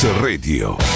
Radio